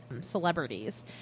celebrities